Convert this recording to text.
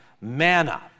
manna